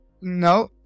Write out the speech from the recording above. No